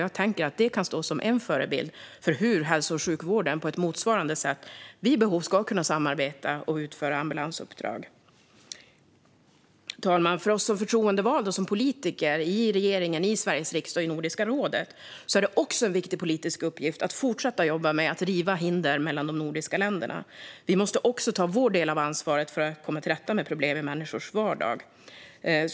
Jag tänker att det kan stå som en förebild för hur hälso och sjukvården på ett motsvarande sätt vid behov ska kunna samarbeta och utföra ambulansuppdrag. Fru talman! För oss som är förtroendevalda politiker, i regeringen, i Sveriges riksdag och i Nordiska rådet, är det också en viktig politisk uppgift att fortsätta att jobba för att riva hinder mellan de nordiska länderna. Vi måste också ta vår del av ansvaret för att komma till rätta med problem i människors vardag.